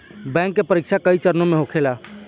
bank के परीक्षा कई चरणों में होखेला